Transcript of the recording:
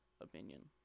opinion